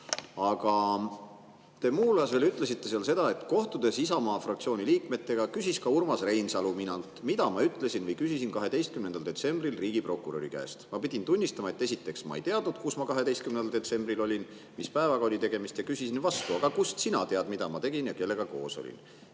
Aga te muu hulgas ütlesite seal seda: "… kohtudes Isamaa fraktsiooni liikmetega, küsis ka Urmas Reinsalu minult, mida ma ütlesin või küsisin 12. detsembril riigiprokuröri käest. Ma pidin tunnistama, et esiteks ma ei teadnud, kus ma 12. detsembril olin, mis päevaga oli tegemist, ja küsisin vastu, aga kust sina tead, mida ma tegin ja kellega koos olin.